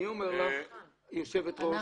אני חושב שכדאי,